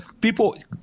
people